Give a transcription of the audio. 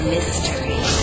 Mystery